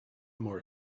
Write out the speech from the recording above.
more